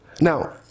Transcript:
Now